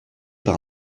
par